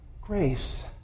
grace